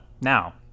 now